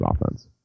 offense